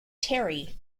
terry